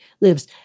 lives